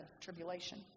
tribulation